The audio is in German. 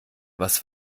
was